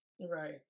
Right